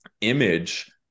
image